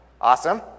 Awesome